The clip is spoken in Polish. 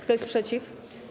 Kto jest przeciw?